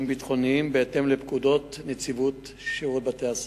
ביטחוניים בהתאם לפקודות נציבות שירות בתי-הסוהר.